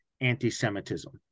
anti-Semitism